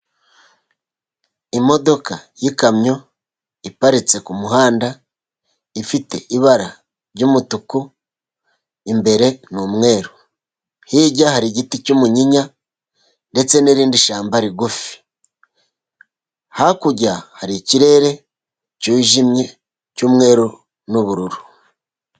Imodoka y'ikamyo iparitse ku muhanda, ifite ibara ry'umutuku imbere n'umweru. Hirya hari igiti cy'umunyinya, ndetse n'irindi shyamba rigufi, hakurya hari ikirere cyijimye cy'umweru n'ubururu.